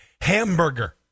Hamburger